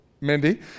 Mindy